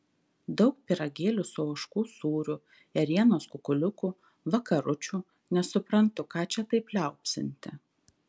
daug pyragėlių su ožkų sūriu ėrienos kukuliukų vakaručių nesuprantu ką čia taip liaupsinti